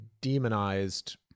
demonized